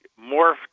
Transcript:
morphed